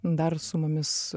dar su mumis